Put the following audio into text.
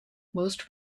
most